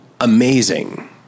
amazing